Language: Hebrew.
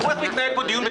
תראו איך מתנהל פה דיון.